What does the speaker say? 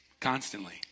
constantly